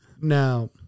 Now